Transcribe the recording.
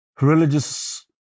religious